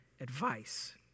advice